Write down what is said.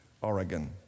Oregon